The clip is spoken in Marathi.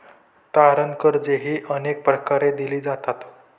तारण कर्जेही अनेक प्रकारे दिली जातात